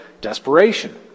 desperation